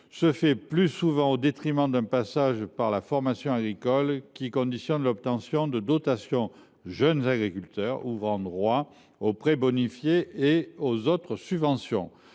se fait souvent au détriment du passage par une formation agricole, qui conditionne l’obtention des dotations jeunes agriculteurs ouvrant droit aux prêts bonifiés et aux autres subventions.